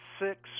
six